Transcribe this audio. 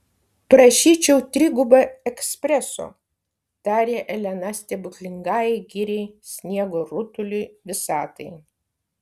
prašyčiau trigubą ekspreso tarė elena stebuklingajai giriai sniego rutuliui visatai